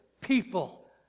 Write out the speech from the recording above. people